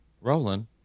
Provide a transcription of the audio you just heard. roland